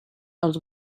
els